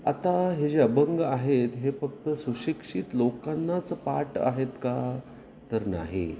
आता हे जे अभंग आहेत हे फक्त सुशिक्षित लोकांनाच पाठ आहेत का तर नाही